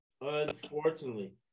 unfortunately